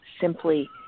simply